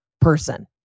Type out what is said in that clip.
person